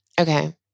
Okay